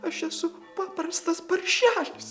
aš esu paprastas paršelis